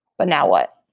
but now what?